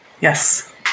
Yes